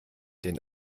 den